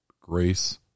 Grace